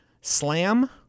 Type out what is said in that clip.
Slam